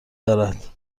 دارد